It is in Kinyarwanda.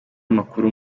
amakuru